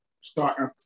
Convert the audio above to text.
Starting